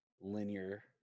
linear